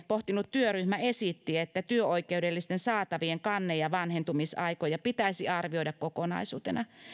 pohtinut työryhmä esitti että työoikeudellisten saatavien kanne ja vanhentumisaikoja pitäisi arvioida kokonaisuutena